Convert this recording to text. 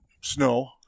snow